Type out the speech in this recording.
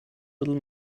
little